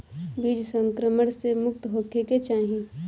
बीज संक्रमण से मुक्त होखे के चाही